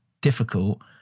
difficult